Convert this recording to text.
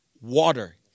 water